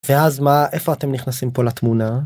ואז מה, איפה אתם נכנסים פה לתמונה?